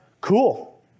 Cool